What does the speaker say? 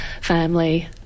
family